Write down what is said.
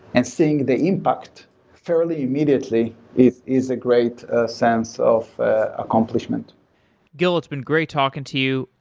and seeing the impact fairly immediately, it is a great sense of ah accomplishment gil, it's been great talking to you.